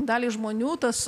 daliai žmonių tas